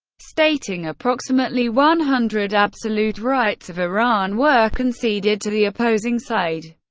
stating approximately one hundred absolute rights of iran were conceded to the opposing side.